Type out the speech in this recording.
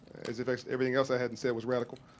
as if everything else i hadn't said was radical.